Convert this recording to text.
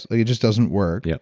like it just doesn't work. yeah